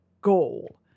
goal